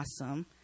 awesome